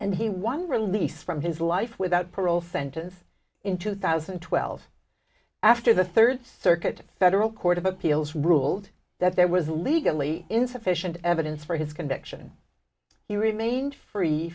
and he won release from his life without parole sentence in two thousand and twelve after the third circuit federal court of appeals ruled that there was legally insufficient evidence for his conviction he remained free